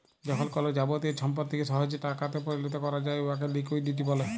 যখল কল যাবতীয় সম্পত্তিকে সহজে টাকাতে পরিলত ক্যরা যায় উয়াকে লিকুইডিটি ব্যলে